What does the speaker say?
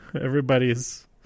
Everybody's